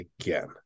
again